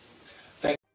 Thank